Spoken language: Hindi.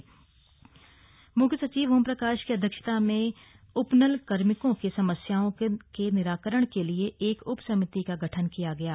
समिति गठित म्ख्य सचिव ओम प्रकाश की अध्यक्षता में उपनल कार्मिकों की समस्याओं के निराकरण के लिए एक उप समिति का गठन किया गया है